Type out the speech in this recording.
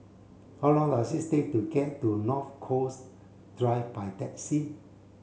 how long does it take to get to North Coast Drive by taxi